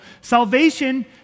salvation